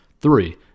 Three